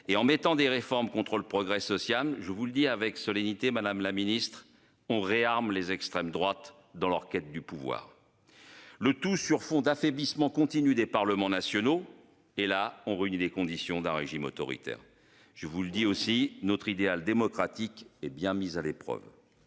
et en mettant des réformes contre le progrès social, je vous le dis avec solennité, Madame la Ministre on réarme les extrêmes droites dans leur quête du pouvoir. Le tout sur fond d'affaiblissement continu des parlements nationaux, et là on réunit les conditions d'un régime autoritaire. Je vous le dis aussi notre idéal démocratique et bien mise à l'épreuve.